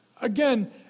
Again